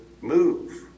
move